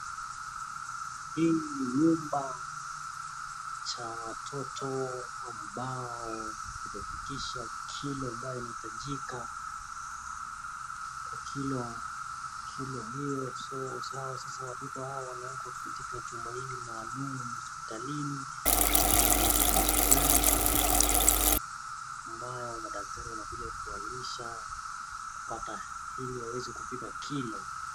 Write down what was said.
Hii ni nyumba cha watoto ambao hawajafikisha kilo ambayo inaitajika, sasa watoto Hawa wamewekwa katika jumba maalum hospitalini ambao wanazaa ambayo madaktari wanakuja kuwalisha iliwaweza kufika kilo.